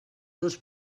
dos